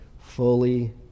fully